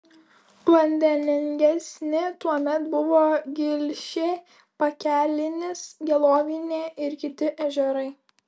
vandeningesni tuomet buvo gilšė pakelinis gelovinė ir kiti ežerai